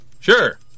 Sure